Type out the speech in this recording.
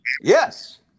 Yes